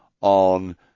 on